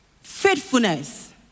faithfulness